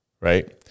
Right